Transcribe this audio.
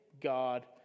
God